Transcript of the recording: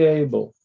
able